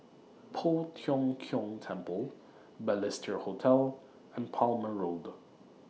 Poh Tiong Kiong Temple Balestier Hotel and Palmer Road